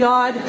God